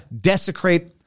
desecrate